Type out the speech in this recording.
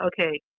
okay